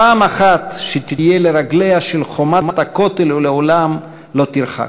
פעם אחת שתהיה לרגליה של חומת הכותל ולעולם לא תרחק".